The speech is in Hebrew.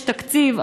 יש תקציב,